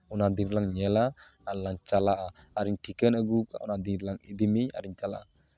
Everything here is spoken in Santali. ᱚᱱᱟ ᱫᱤᱱ ᱨᱮᱞᱟᱝ ᱧᱮᱞᱟ ᱟᱨ ᱞᱟᱝ ᱪᱟᱞᱟᱜᱼᱟ ᱟᱨᱤᱧ ᱴᱷᱤᱠᱟᱹᱱ ᱟᱹᱜᱩ ᱠᱟᱜᱼᱟ ᱚᱱᱟ ᱫᱤᱱ ᱨᱮᱞᱟᱝ ᱤᱫᱤ ᱢᱮᱭᱟ ᱟᱨ ᱞᱟᱝ ᱪᱟᱞᱟᱜᱼᱟ